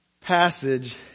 passage